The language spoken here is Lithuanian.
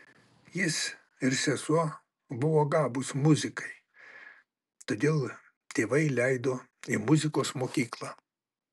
jis ir sesuo buvo gabūs muzikai todėl tėvai leido į muzikos mokyklą